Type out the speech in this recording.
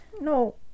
No